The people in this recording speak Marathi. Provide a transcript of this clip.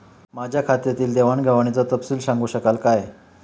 माझ्या खात्यातील देवाणघेवाणीचा तपशील सांगू शकाल काय?